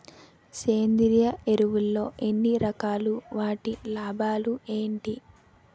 సేంద్రీయ ఎరువులు ఎన్ని రకాలు? వాటి వల్ల లాభాలు ఏంటి?